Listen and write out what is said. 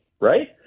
Right